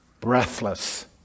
breathless